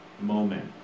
moment